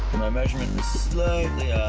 my measurement was slightly